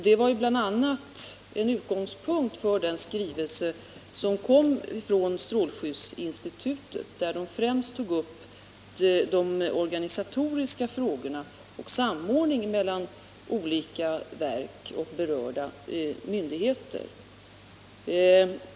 Det var bl.a. en utgångspunkt för den skrivelse som kom från strålskyddsinstitutet, där man främst tog upp de organisatoriska frågorna och samordningen mellan olika verk och berörda myndigheter.